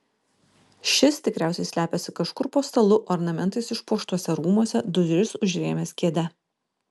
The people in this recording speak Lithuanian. šis tikriausiai slepiasi kažkur po stalu ornamentais išpuoštuose rūmuose duris užrėmęs kėde